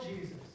Jesus